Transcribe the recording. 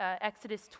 Exodus